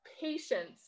patience